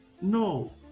no